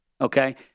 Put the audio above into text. Okay